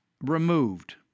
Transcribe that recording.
removed